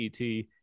et